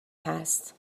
هست